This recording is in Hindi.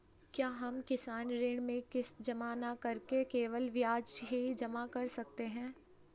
क्या हम किसान ऋण में किश्त जमा न करके केवल ब्याज ही जमा कर सकते हैं?